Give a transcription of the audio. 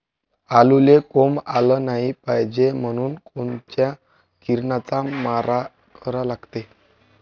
आलूले कोंब आलं नाई पायजे म्हनून कोनच्या किरनाचा मारा करा लागते?